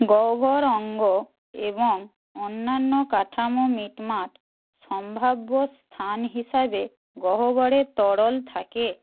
গহ্বর অঙ্গ এবং অন্যান্য কাঠামো মিটমাট সম্ভাব্য স্থান হিসাবে গহ্বরে তরল থাকে